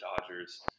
Dodgers